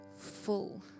full